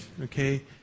okay